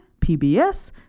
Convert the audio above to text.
PBS